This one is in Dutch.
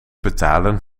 betalen